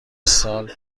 سال